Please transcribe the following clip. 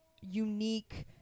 unique